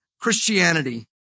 Christianity